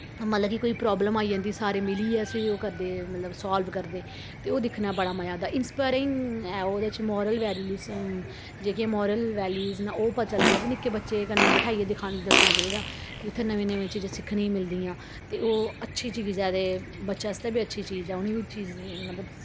हलाकी कोई प्राब्लम आई जन्दी सारे मिलियै उस्सी ओह् करदे मतलब साल्व करदे ते ओह् दिखना बड़ा मजा आंदा इंस्पायरिंग ऐ ओह् ओह्दे च मोरल वैल्यू उस्सी जेह्के मोरल वैल्यूज न ओह् पता चल्दियां ते निक्के बच्चे कन्नै बिठाइये दस्सना चाहिदा कि उत्थें नमीं नमीं चीजां सिक्खने मिल्दियां ते ओह् अच्छी चीज ऐ ते बच्चे आस्तै बी अच्छी चीज ऐ ओह् बी ची मतलब